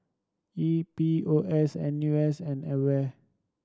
E P O S N U S and AWARE